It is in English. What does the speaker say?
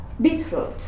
beetroot